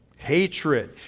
hatred